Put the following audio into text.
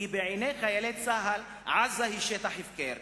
בעיני חיילי צה"ל עזה היא שטח הפקר,